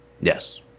Yes